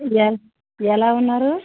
ఎలా ఎలా ఉన్నారు